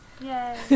Yay